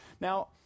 Now